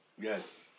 Yes